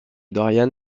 dorian